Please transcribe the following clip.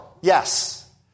yes